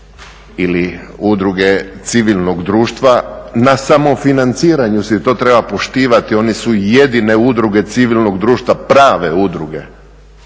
ili udruge civilnog društva na samom financiranju si to treba poštivati, oni su jedine udruge civilnog društva, prave udruge